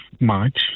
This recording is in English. March